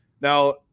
Now